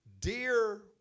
Dear